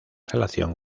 relación